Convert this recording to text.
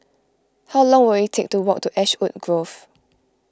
how long will it take to walk to Ashwood Grove